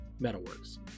Metalworks